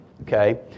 Okay